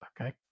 Okay